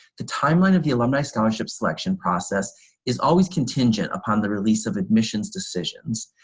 the timeline of the alumni scholarship selection process is always contingent upon the release of admissions decisions.